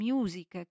Music